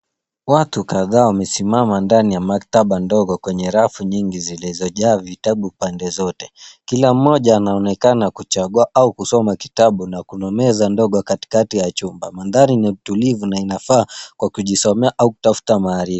Watu kadhaa wamesimama ndani ya maktaba ndogo kwenye rafu nyingi zilizojaa vitabu pande zote. Kila mmoja anaonekana kuchagua au kusoma kitabu na kuna meza ndogo katikati ya chumba. Mandhari ni ya utulivu na inafaa kwa kujisomea au kutafuta maarifa.